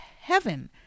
Heaven